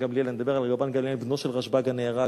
אני מדבר על רבן גמליאל, בנו של "רשב"ג הנהרג".